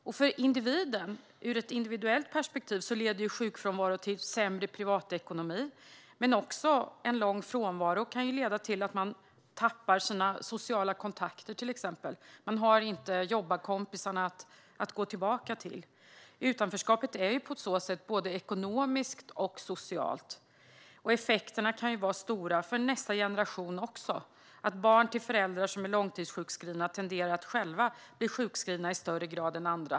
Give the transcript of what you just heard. Och för individen, ur ett individuellt perspektiv, leder ju sjukfrånvaro till sämre privatekonomi. Men en lång frånvaro kan också leda till att man tappar sina sociala kontakter, till exempel. Man har inte jobbarkompisarna att gå tillbaka till. Utanförskapet är på så sätt både ekonomiskt och socialt. Effekterna kan bli stora också för nästa generation, att barn till föräldrar som är långtidssjukskrivna tenderar att själva bli sjukskrivna i högre grad än andra.